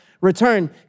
return